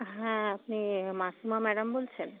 হ্যাঁ আপনি মাসিমা ম্যাডাম বলছেন